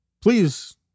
please